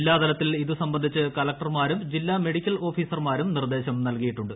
ജില്ലാതലത്തിൽ ഇതുസംബന്ധിച്ച് കളക്ടർമാരും ജില്ലാ മെഡിക്കൽ ഓഫീസർമാരും നിർദ്ദേശം നൽകിയിട്ടുണ്ട്